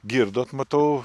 girdot matau